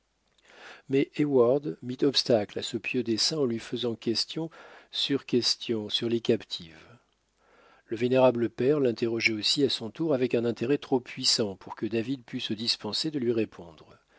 mit obstacle à ce pieux dessein en lui faisant questions sur questions sur les captives le vénérable père l'interrogeait aussi à son tour avec un intérêt trop puissant pour que david pût se dispenser de lui répondre